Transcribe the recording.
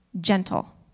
Gentle